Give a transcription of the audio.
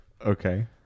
Okay